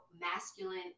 masculine